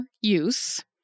use